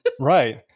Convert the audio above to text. Right